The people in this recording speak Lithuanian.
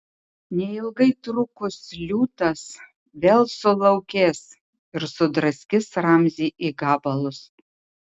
neilgai trukus liūtas vėl sulaukės ir sudraskys ramzį į gabalus